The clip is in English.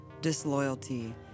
disloyalty